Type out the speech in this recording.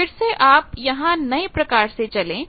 अब फिर से आप यहांनए प्रकार से से चले